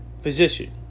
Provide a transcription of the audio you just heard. physician